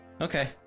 Okay